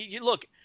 Look